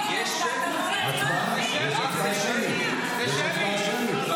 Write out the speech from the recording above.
סליחה, מה, אתם סוגרים --- אני לא הבנתי,